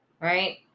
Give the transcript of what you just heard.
Right